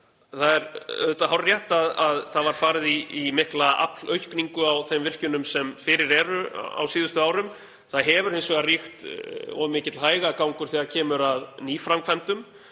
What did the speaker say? Það er auðvitað hárrétt að það var farið í mikla aflaukningu á þeim virkjunum sem fyrir eru á síðustu árum. Það hefur hins vegar ríkt of mikill hægagangur þegar kemur að nýframkvæmdum